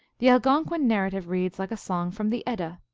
the algonquin narrative reads like a song from the edda.